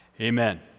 Amen